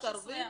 13%,